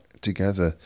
together